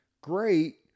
Great